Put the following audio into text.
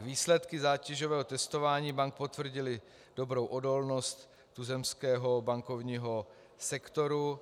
Výsledky zátěžového testování bank potvrdily dobrou odolnost tuzemského bankovního sektoru.